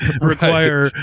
require